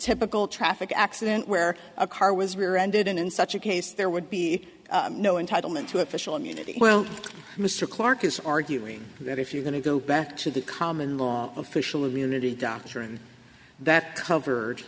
typical traffic accident where a car was rear ended and in such a case there would be no entitlement to official immunity well mr clark is arguing that if you're going to go back to the common law official of the unity doctrine that co